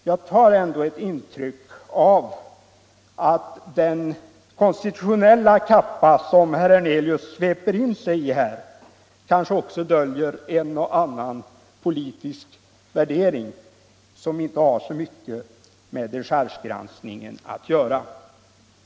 Jag har ett intryck av att den konstitutionella kappa som herr Hernelius sveper in sig i kan dölja en och annan politisk värdering som inte har så mycket med dechargegranskningen att göra.